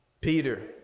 Peter